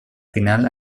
final